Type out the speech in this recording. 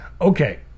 okay